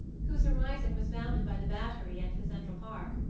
whose horizon was bounded by the battery and the central park.